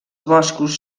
boscos